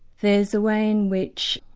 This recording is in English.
there's a way in which,